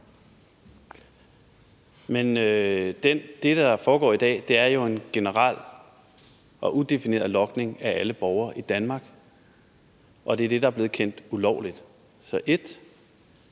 Men det, der foregår i dag, er jo en generel og udefineret logning af alle borgere i Danmark, og det er det, der er blevet kendt ulovligt. Så 1: